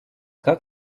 как